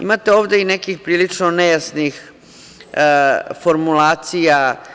Imate ovde i nekih prilično nejasnih formulacija.